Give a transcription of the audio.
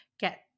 get